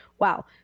Wow